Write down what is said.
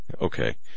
Okay